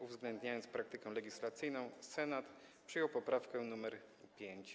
uwzględniając praktykę legislacyjną, Senat przyjął poprawkę nr 5.